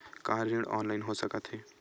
का ऋण ऑनलाइन हो सकत हे?